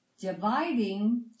dividing